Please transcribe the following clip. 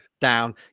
down